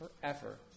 forever